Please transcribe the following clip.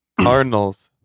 Cardinals